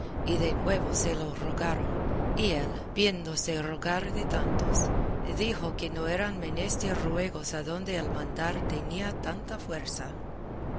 y de nuevo se lo rogaron y él viéndose rogar de tantos dijo que no eran menester ruegos adonde el mandar tenía tanta fuerza